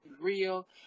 real